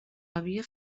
havia